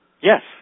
Yes